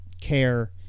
care